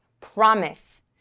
promise